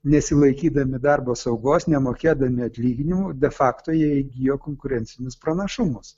nesilaikydami darbo saugos nemokėdami atlyginimų de facto jie įgijo konkurencinius pranašumus